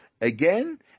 again